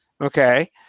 okay